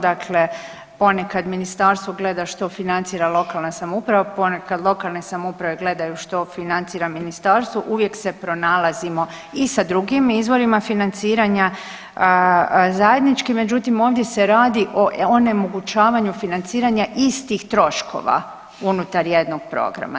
Dakle, ponekad Ministarstvo gleda što financira lokalna samouprava, ponekad lokalne samouprave gledaju što financira Ministarstvo, uvijek se pronalazimo i sa drugim izvorima financiranja zajednički, međutim, ovdje se radi o onemogućavanja financiranja istih troškova unutar jednog programa.